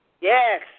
Yes